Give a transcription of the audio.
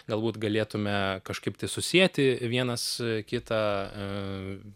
galbūt galėtume kažkaip susieti vienas kitą